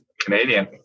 Canadian